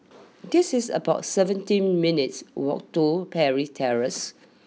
it is about seventeen minutes' walk to Parry Terrace